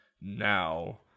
now